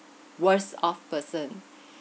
worse off person